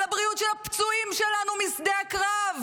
על הבריאות של הפצועים שלנו משדה הקרב,